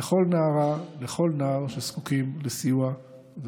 לכל נערה ולכל נער שזקוקים לסיוע.